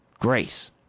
grace